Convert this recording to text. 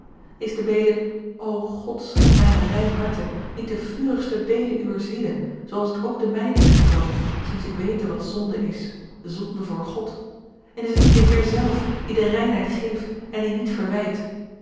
is de bede o god schep mij een rein harte niet de vurigste bede uwer ziele zooals het ook de mijne is geworden sinds ik wete wat zonde is zonde voor god en is t niet de heer zelf die de reinheid geeft en die niet verwijt